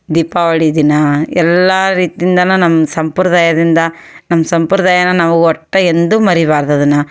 ದೀಪಾವಳಿ ದಿನ ಎಲ್ಲ ರೀತಿಯಿಂದನು ನಮ್ಮ ಸಂಪ್ರದಾಯದಿಂದ ನಮ್ಮ ಸಂಪ್ರದಾಯನ ನಾವು ಒಟ್ಟು ಎಂದು ಮರಿಬಾರ್ದು ಅದನ್ನು